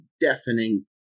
deafening